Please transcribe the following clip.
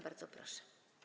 Bardzo proszę.